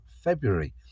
February